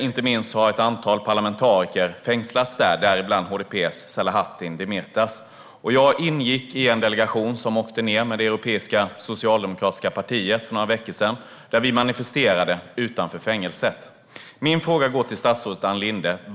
Inte minst har ett antal parlamentariker fängslats, däribland HDP:s Selahattin Demirtas. Jag ingick i en delegation som åkte ned med det europeiska socialdemokratiska partiet för några veckor sedan. Vi manifesterade utanför fängelset. Min fråga går till statsrådet Ann Linde.